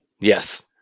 Yes